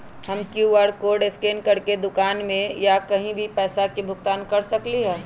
हम QR code scan करके दुकान में या कहीं भी पैसा के भुगतान कर सकली ह?